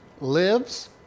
lives